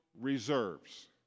reserves